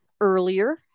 earlier